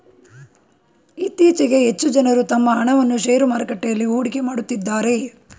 ಇತ್ತೀಚೆಗೆ ಹೆಚ್ಚು ಜನರು ತಮ್ಮ ಹಣವನ್ನು ಶೇರು ಮಾರುಕಟ್ಟೆಯಲ್ಲಿ ಹೂಡಿಕೆ ಮಾಡುತ್ತಿದ್ದಾರೆ